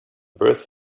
birth